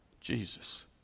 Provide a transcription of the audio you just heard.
jesus